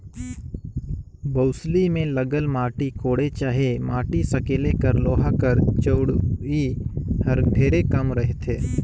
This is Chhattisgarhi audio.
बउसली मे लगल माटी कोड़े चहे माटी सकेले कर लोहा कर चउड़ई हर ढेरे कम रहथे